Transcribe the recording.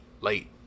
late